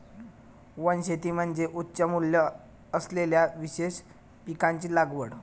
वनशेती म्हणजे उच्च मूल्य असलेल्या विशेष पिकांची लागवड